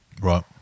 Right